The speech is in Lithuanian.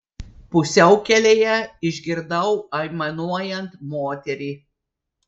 pusiaukelėje išgirdau aimanuojant moterį